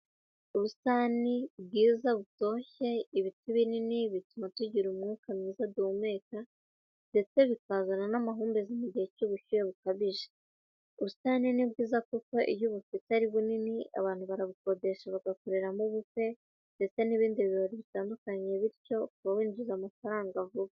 Ubusitani bwiza butoshye, ibiti binini bituma tugira umwuka mwiza duhumeka ndetse bikazana n'amahumbezi mu gihe cy'ubushyuhe bukabije. Ubusitani ni bwiza kuko iyo ubufite ari bunini, abantu barabukodesha bagakoreramo ubukwe, ndetse n'ibindi birori bitandukanye, bityo ukaba wakwinjiza amafaranga vuba.